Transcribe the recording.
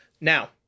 Now